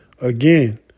again